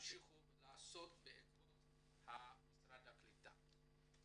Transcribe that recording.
להמשיך ולעשות בעקבות משרד הקליטה.